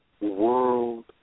world